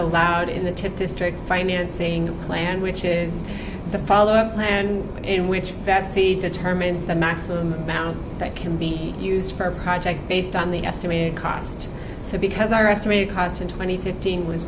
allowed in the chip district financing plan which is the follow up plan in which that seed determines the maximum amount that can be used for a project based on the estimated cost to because our estimate cost in twenty fifteen was